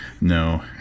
No